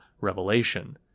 revelation